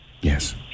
Yes